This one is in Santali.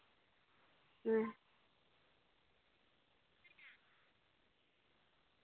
ᱦᱮᱸ